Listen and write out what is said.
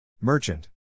Merchant